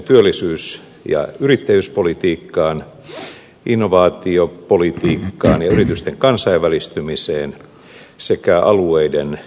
työllisyys ja yrittäjyyspolitiikkaan innovaatiopolitiikkaan ja yritysten kansainvälistymiseen sekä alueiden kehittämiseen